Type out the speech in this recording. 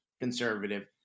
conservative